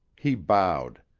he bowed.